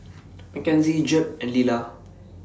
Mckenzie Jeb and Lilah